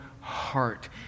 heart